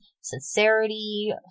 sincerity